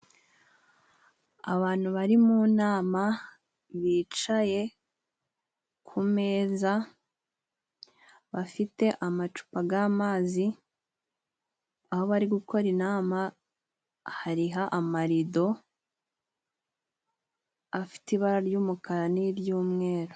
Abantu bari mu nama bicaye ku meza, bafite amacupa g'amazi aho bari gukorera inama hariho amarido afite ibara ry'umukara n'iry'umweru.